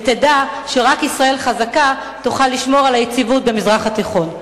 ותדע שרק ישראל חזקה תוכל לשמור על היציבות במזרח התיכון.